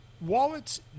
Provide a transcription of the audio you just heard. wallets